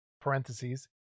parentheses